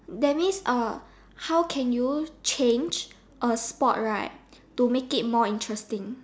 that means uh how can you change a sport right to make it more interesting